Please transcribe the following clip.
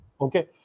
Okay